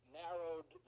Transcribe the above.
narrowed